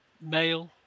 male